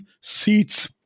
seats